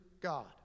God